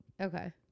Okay